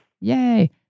Yay